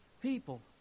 people